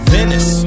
Venice